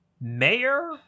mayor